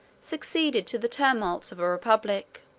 succeeded to the tumults of a republic